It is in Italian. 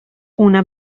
una